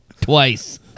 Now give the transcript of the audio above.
Twice